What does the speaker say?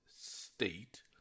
state